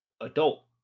adult